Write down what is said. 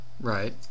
Right